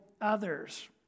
others